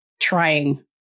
trying